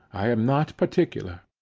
i am not particular.